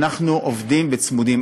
אנחנו עובדים וצמודים.